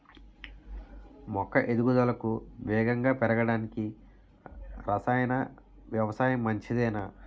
మొక్క ఎదుగుదలకు వేగంగా పెరగడానికి, రసాయన వ్యవసాయం మంచిదేనా?